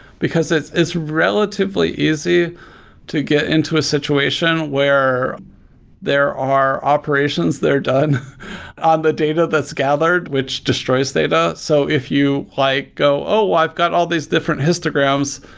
because it's it's relatively easy to get into a situation where there are operations, they're done on the data that's gathered, which destroys data. so if you like go, oh! i've got all these different histograms,